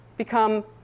become